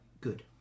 good